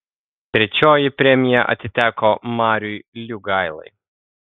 trečioji premija atiteko mariui liugailai